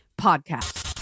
podcast